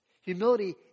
Humility